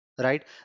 right